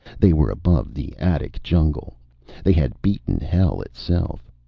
they were above the attic jungle they had beaten hell itself.